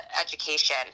education